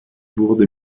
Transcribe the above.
wurde